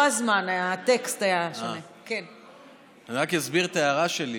לא הזמן, הטקסט היה שם, אני אסביר את ההערה שלי.